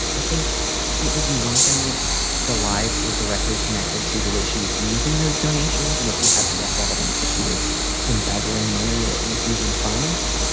i think it would be one thing if the lives were directly connected to the way she was using those donations and if you had direct evidence that she was embezzling money or misusing funds.